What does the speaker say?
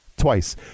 twice